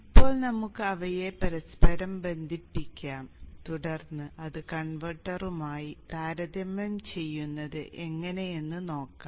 ഇപ്പോൾ നമുക്ക് അവയെ പരസ്പരം ബന്ധിപ്പിക്കാം തുടർന്ന് അത് കൺവെർട്ടറുമായി താരതമ്യം ചെയ്യുന്നത് എങ്ങനെയെന്ന് നോക്കാം